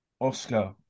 Oscar